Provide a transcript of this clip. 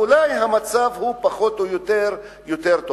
אולי המצב הוא פחות או יותר טוב יותר,